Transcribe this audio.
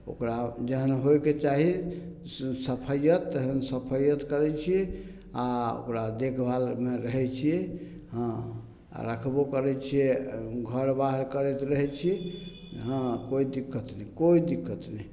ओकरा जहन होइके चाही सफैअत तेहन सफैअत करै छी आओर ओकरा देखभालमे रहै छिए हँ आओर राखबो करै छिए घर बाहर करैत रहै छी हँ कोइ दिक्कत नहि कोइ दिक्कत नहि